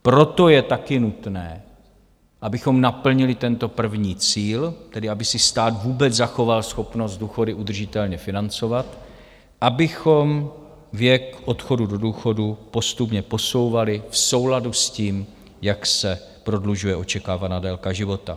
Proto je taky nutné, abychom naplnili tento první cíl, tedy aby si stát vůbec zachoval schopnost důchody udržitelně financovat, abychom věk odchodu do důchodu postupně posouvali v souladu s tím, jak se prodlužuje očekávaná délka života.